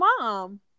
mom